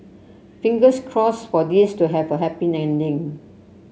fingers crossed for this to have a happy ending